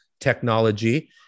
technology